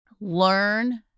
Learn